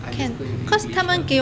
I'm just going to say in english now